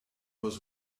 was